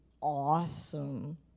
awesome